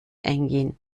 eingehen